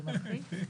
זה מלחיץ?